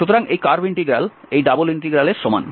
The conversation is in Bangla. সুতরাং এই কার্ভ ইন্টিগ্রাল এই ডাবল ইন্টিগ্রালের সমান